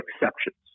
exceptions